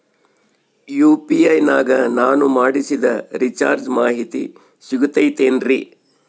UPI ನಾಗ ನಾನು ಮಾಡಿಸಿದ ರಿಚಾರ್ಜ್ ಮಾಹಿತಿ ಸಿಗುತೈತೇನ್ರಿ?